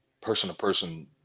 person-to-person